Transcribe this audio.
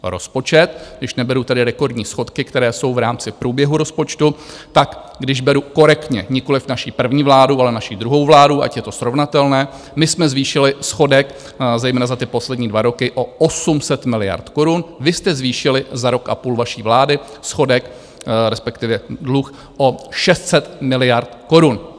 Rozpočet, když neberu tedy rekordní schodky, které jsou v rámci průběhu rozpočtu, tak když beru korektně, nikoliv naši první vládu, ale naši druhou vládu, ať je to srovnatelné, my jsme zvýšili schodek zejména za ty dva poslední roky o 800 miliard korun, vy jste zvýšili za rok a půl vaší vlády schodek, respektive dluh o 600 miliard korun.